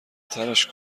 ترِش